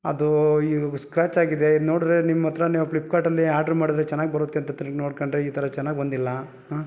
ಅದು ಇವ್ಗ್ ಸ್ಕ್ರ್ಯಾಚ್ ಆಗಿದೆ ನೋಡಿದ್ರೆ ನಿಮ್ಮ ಹತ್ತಿರ ನೀವು ಫ್ಲಿಪ್ಕಾರ್ಟ್ಲ್ಲಿ ಆಡರ್ ಮಾಡಿದರೆ ಚೆನ್ನಾಗಿ ಬರುತ್ತೆ ಅಂತ ತಿರ್ಗ ನೋಡಿಕೊಂಡ್ರೆ ಈ ಥರ ಚೆನ್ನಾಗಿ ಬಂದಿಲ್ಲ ಹಾಂ